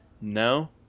No